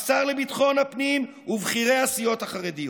השר לביטחון הפנים ובכירי הסיעות החרדיות.